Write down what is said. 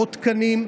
מאות תקנים,